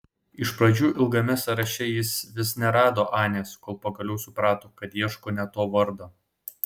iš pradžių ilgame sąraše jis vis nerado anės kol pagaliau suprato kad ieško ne to vardo